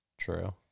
True